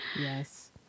Yes